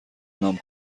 نام